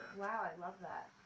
wow. i love that.